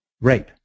Rape